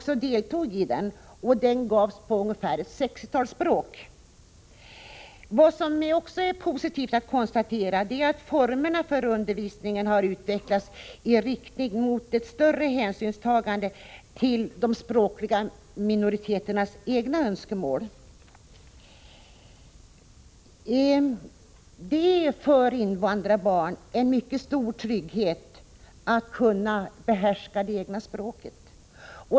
Sådan undervisning gavs på ungefär 60 olika språk. Det är också positivt att kunna konstatera att formerna för undervisningen har utvecklats i riktning mot ett större hänsynstagande till de språkliga minoriteternas egna önskemål. Det är för invandrarbarn en mycket stor trygghet att behärska det egna språket.